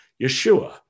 Yeshua